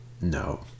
No